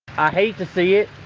i hate to see it,